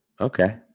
Okay